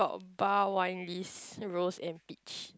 bar wine list rose and peach